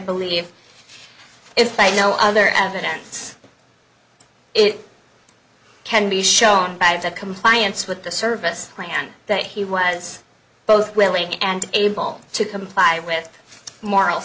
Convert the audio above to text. believe if by no other evidence it can be shown by the compliance with the service plan that he was both willing and able to comply with moral